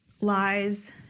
Lies